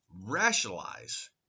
rationalize